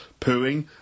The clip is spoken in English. pooing